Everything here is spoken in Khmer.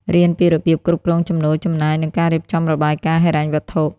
រៀនពីរបៀបគ្រប់គ្រងចំណូល ចំណាយ និងការរៀបចំរបាយការណ៍ហិរញ្ញវត្ថុ។